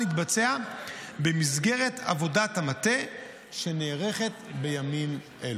יתבצע במסגרת עבודת המטה שנערכת בימים אלו.